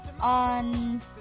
on